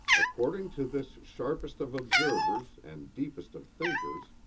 according to this sharpest of observers and deepest of thinkers,